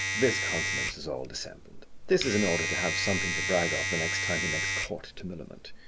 this continence is all dissembled this is in order to have something to brag of the next time he makes court to millamant,